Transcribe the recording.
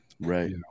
Right